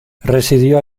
residió